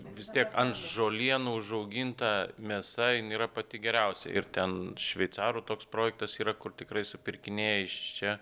vis tiek ant žolienų užauginta mėsa jin yra pati geriausia ir ten šveicarų toks projektas yra kur tikrai supirkinėja iš čia